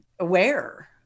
aware